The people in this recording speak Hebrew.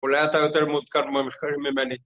‫אולי אתה יותר מעודכן ‫ממני.